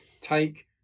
Take